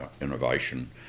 innovation